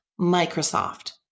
Microsoft